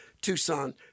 tucson